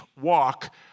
walk